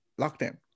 lockdown